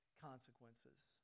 consequences